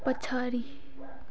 पछाडि